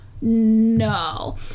No